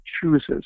chooses